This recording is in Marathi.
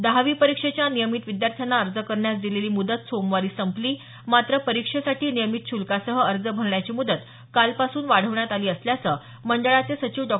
दहावी परीक्षेच्या नियमित विद्यार्थ्यांना अर्ज करण्यास दिलेली मुदत सोमवारी संपली मात्र परीक्षेसाठी नियमित शुल्कासह अर्ज भरण्याची मुदत कालपासून वाढवण्यात आली असल्याचं मंडळाचे सचिव डॉ